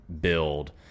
build